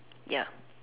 ya